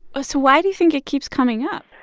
ah so why do you think it keeps coming up?